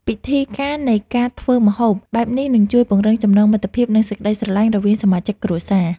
ពិធីការនៃការធ្វើម្ហូបបែបនេះនឹងជួយពង្រឹងចំណងមិត្តភាពនិង សេចក្តីស្រឡាញ់រវាងសមាជិកគ្រួសារ។